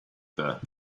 there